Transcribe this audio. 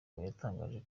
yatangaje